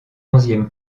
onzième